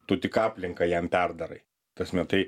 tu tik aplinką jam perdarai ta prasme tai